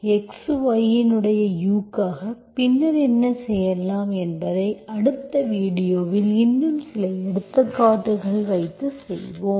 X y இன் u க்காக பின்னர் என்ன செய்யலாம் என்பதை அடுத்த வீடியோவில் இன்னும் சில எடுத்துக்காட்டுகளை வைத்து செய்வோம்